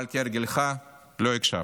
אבל כהרגלך לא הקשבת,